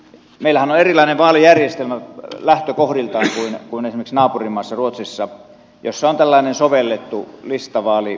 meillähän on lähtökohdiltaan erilainen vaalijärjestelmä kuin esimerkiksi naapurimaassa ruotsissa jossa on tällainen sovellettu listavaalijärjestelmä